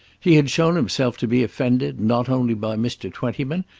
he had shown himself to be offended, not only by mr. twentyman,